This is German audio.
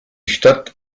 stadt